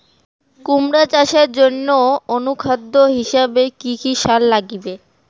কুমড়া চাষের জইন্যে অনুখাদ্য হিসাবে কি কি সার লাগিবে?